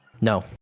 No